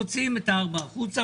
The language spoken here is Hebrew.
מוציאים את ה-4 החוצה,